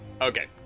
Okay